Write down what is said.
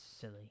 silly